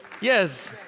Yes